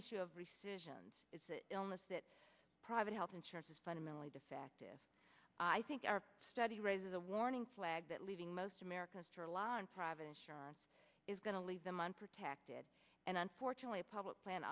issue of resurgence illness that private health insurance is fundamentally defective i think our study raises a warning flag that leaving most americans to rely on private insurance is going to leave them unprotected and unfortunately a public plan